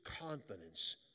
confidence